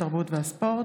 התרבות והספורט.